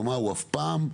הוא אף פעם,